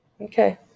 Okay